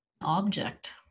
object